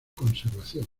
conservación